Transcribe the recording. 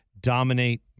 dominate